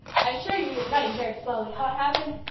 i assure you we were running very slowly. how it happened!